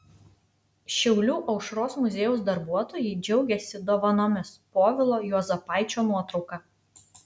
šiaulių aušros muziejaus darbuotojai džiaugiasi dovanomis povilo juozapaičio nuotrauka